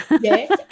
yes